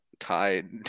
tied